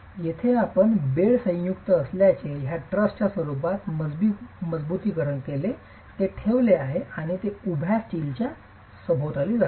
येथे आपण बेड संयुक्त असल्याचे पहा ट्रसच्या स्वरूपात मजबुतीकरण ते ठेवले आहे आणि ते उभ्या स्टीलच्या सभोवताली जाते